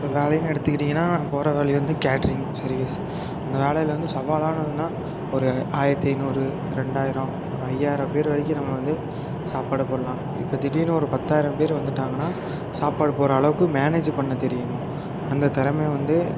இப்போ வேலைன்னு எடுத்துக்கிட்டிங்கன்னா போகற வேலை வந்து கேட்ரிங் சர்வீஸ் அந்த வேலையில வந்து சவாலானதுன்னா ஒரு ஆயிரத்தி ஐநூறு ரெண்டாயிரம் ஒரு ஐயாயிரம் பேர் வரைக்கும் நம்ம வந்து சாப்பாடு போடலாம் இப்போ திடீர்னு ஒரு பத்தாயிரம் பேர் வந்துவிட்டாங்கன்னா சாப்பாடு போடுகிற அளவுக்கு மேனேஜ் பண்ண தெரியணும் அந்த திறம வந்து